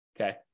Okay